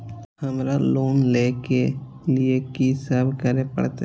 हमरा लोन ले के लिए की सब करे परते?